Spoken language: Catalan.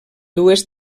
dues